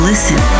Listen